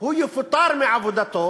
הוא יפוטר מעבודתו